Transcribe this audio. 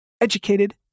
educated